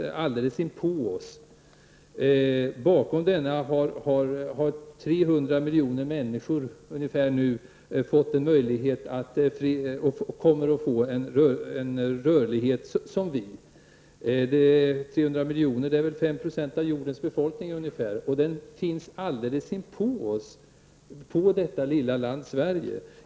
Bakom denna har ungefär 300 miljoner människor -- det är ungefär 5 % av jordens befolkning -- nu fått och kommer att få sin rörelsefrihet, och de finns alldeles inpå detta lilla land Sverige.